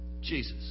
Jesus